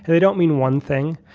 and they don't mean one thing.